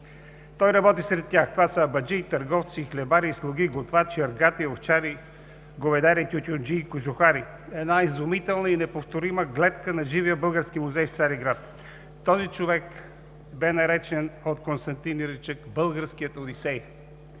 Той работи сред тях. Това са абаджии, търговци, хлебари, слуги, готвачи, аргати, овчари, говедари, тютюнджии, кожухари – една изумителна и неповторима гледка на живия български музей в Цариград. Този човек бе наречен от Константин Иречек „българският Одисей“.